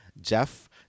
Jeff